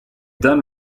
done